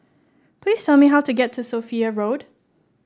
please tell me how to get to Sophia Road